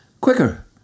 quicker